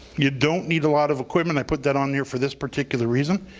you don't need a lot of equipment, i put that on here for this particular reason.